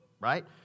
right